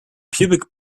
pubic